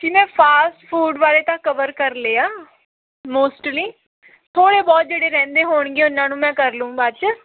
ਜੀ ਮੈਂ fast food ਬਾਰੇ ਤਾਂ ਕਵਰ ਕਰ ਲਿਆ ਮੋਸਟਲੀ ਥੋੜ੍ਹੇ ਬਹੁਤ ਜਿਹੜੇ ਰਹਿੰਦੇ ਹੋਣਗੇ ਉਹਨਾਂ ਨੂੰ ਮੈਂ ਕਰ ਲਊਂ ਬਾਅਦ 'ਚ